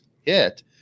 hit